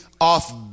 off